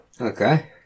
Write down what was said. Okay